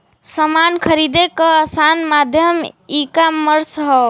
समान खरीदे क आसान माध्यम ईकामर्स हौ